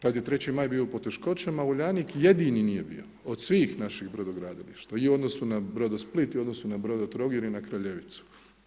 Kad je 3. Maj bio u poteškoćama Uljanik jedini nije bio od svih naših brodogradilišta i u odnosu na Brodosplit i u odnosu na Brodotrogir i na Kraljeviću.